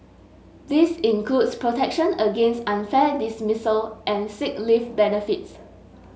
this includes protection against unfair dismissal and sick leave benefits